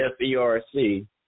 FERC